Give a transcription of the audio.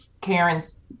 karen's